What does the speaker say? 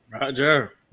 Roger